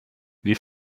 wie